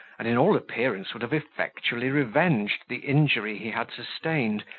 and in all appearance would have effectually revenged the injury he had sustained,